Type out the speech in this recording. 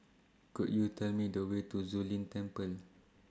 Could YOU Tell Me The Way to Zu Lin Temple